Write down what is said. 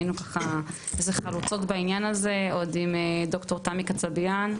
היינו ככה איזה חלוצות בעניין הזה עוד עם ד"ר תמי קציבאן.